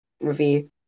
review